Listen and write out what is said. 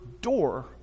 door